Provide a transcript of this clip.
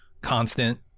constant